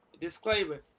disclaimer